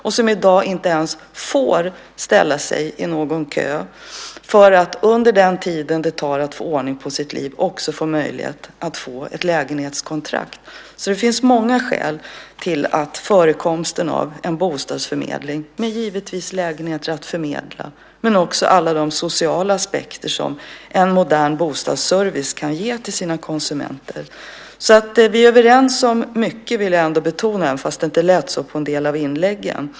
De får i dag inte ens ställa sig i någon kö för att under den tid det tar att få ordning på sitt liv också få möjlighet att få ett lägenhetskontrakt. Det finns många skäl att ha en bostadsförmedling, som givetvis har lägenheter att förmedla till sina konsumenter men som också kan hantera alla de sociala aspekter som en modern bostadsservice ska kunna. Vi är överens om mycket, vill jag ändå betona, fast det inte lät så i en del av inläggen.